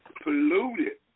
polluted